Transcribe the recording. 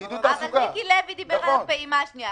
אבל מיקי לוי דיבר על הפעימה השנייה.